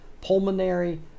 pulmonary